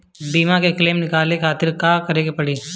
बीमा के क्लेम निकाले के खातिर का करे के पड़ी?